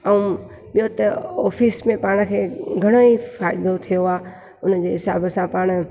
ऐं ॿियो त ऑफीस में पाण खे घणेई फ़ाइदो थियो आहे उन जे हिसाब सां पाण